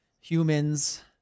humans